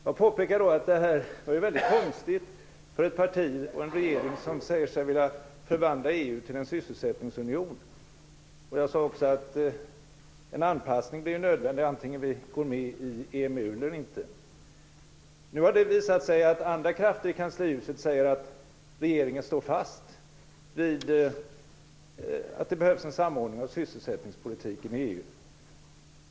Jag påpekade då att detta var väldigt konstigt för ett parti och en regering som säger sig vilja förvandla EU till en sysselsättningsunion. Jag sade också att en anpassning blir nödvändig antingen vi går med i EMU eller inte. Nu har det visat sig att andra krafter i kanslihuset säger att regeringen står fast vid att det behövs en samordning av sysselsättningspolitiken i EU.